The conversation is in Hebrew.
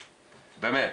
באמת.